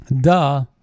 Duh